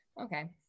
Okay